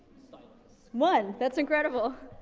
one! that's incredible.